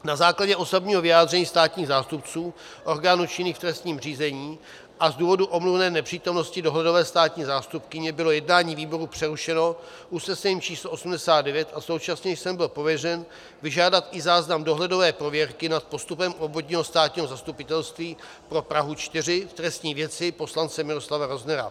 Na základě osobního vyjádření státních zástupců, orgánů činných v trestním řízení a z důvodu omluvené nepřítomnosti dohledové státní zástupkyně bylo jednání výboru přerušeno usnesením č. 89 a současně jsem byl pověřen vyžádat i záznam dohledové prověrky nad postupem Obvodního státního zastupitelství pro Prahu 4 v trestní věci poslance Miloslava Roznera.